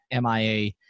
MIA